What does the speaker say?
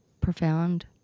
profound